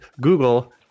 Google